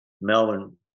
Melbourne